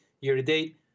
year-to-date